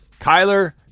Kyler